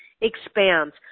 expands